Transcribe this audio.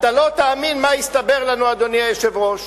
אתה לא תאמין מה הסתבר לנו, אדוני היושב-ראש: